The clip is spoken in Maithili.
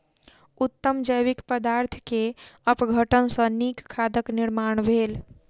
उत्तम जैविक पदार्थ के अपघटन सॅ नीक खादक निर्माण भेल